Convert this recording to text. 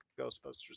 Ghostbusters